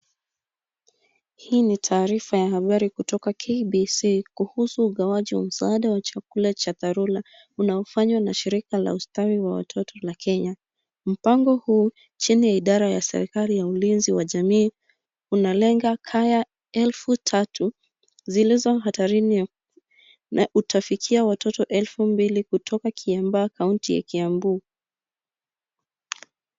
Hii ni taarifa ya habari kutoka KBC kuhusu ugawaji wa msaada wa chakula cha dharura unaofanywa na shirika la ustawi wa watoto na Kenya. Mpango huu chini ya idara ya serikali ya ulinzi wa jamii unalenga kaya elfu tatu zilizo hatarini na utafikia watoto elfu mbili kutoka Kiambaa kaunti ya Kiambu.